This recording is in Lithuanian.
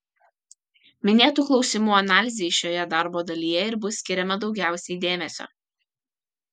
minėtų klausimų analizei šioje darbo dalyje ir bus skiriama daugiausiai dėmesio